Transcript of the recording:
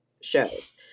shows